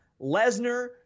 Lesnar